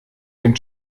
dem